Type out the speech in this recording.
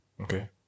Okay